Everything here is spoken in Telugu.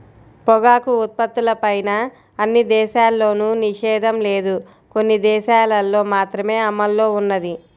పొగాకు ఉత్పత్తులపైన అన్ని దేశాల్లోనూ నిషేధం లేదు, కొన్ని దేశాలల్లో మాత్రమే అమల్లో ఉన్నది